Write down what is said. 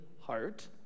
heart